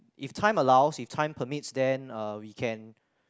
if time allows time permits then we can